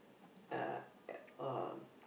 uh uh